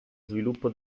sviluppo